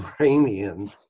Iranians